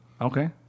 okay